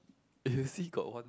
if you see got one